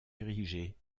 érigé